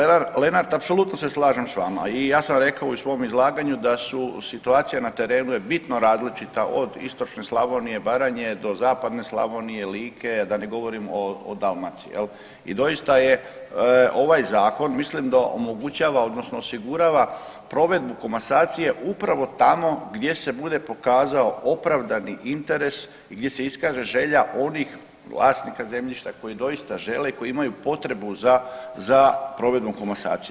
Poštovani kolega Lenart, apsolutno se slažem s vama i ja sam rekao i u svom izlaganju da su, situacija na terenu je bitno različita od istočne Slavonije, Baranje do zapadne Slavonije, Like, da ne govorim o Dalmaciji jel i doista je ovaj zakon mislim da omogućava odnosno osigurava provedbu komasacije upravo tamo gdje se bude pokazao opravdani interes i gdje se iskaže želja onih vlasnika zemljišta koji doista žele i koji imaju potrebu za, za provedbom komasacije.